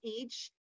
age